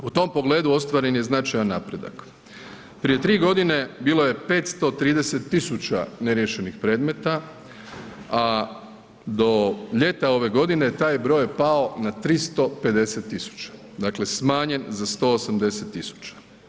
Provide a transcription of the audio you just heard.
U tom pogledu ostvaren je značajan napredak, prije 3.g. bilo je 530 000 neriješenih predmeta, a do ljeta ove godine taj broj je pao na 350 000, dakle smanjen za 180 000.